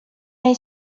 nahi